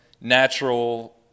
natural